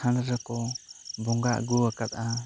ᱛᱷᱟᱱ ᱨᱮᱠᱚ ᱵᱚᱸᱜᱟ ᱟᱹᱜᱩ ᱟᱠᱟᱜᱼᱟ